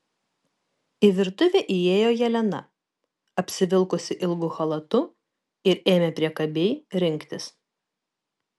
į virtuvę įėjo jelena apsivilkusi ilgu chalatu ir ėmė priekabiai rinktis